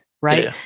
Right